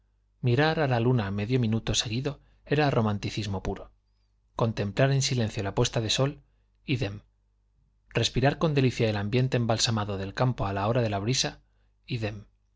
mirar a la luna medio minuto seguido era romanticismo puro contemplar en silencio la puesta del sol ídem respirar con delicia el ambiente embalsamado del campo a la hora de la brisa ídem